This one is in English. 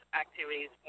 activities